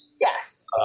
Yes